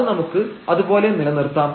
അത് നമുക്ക് അതുപോലെ നിലനിർത്താം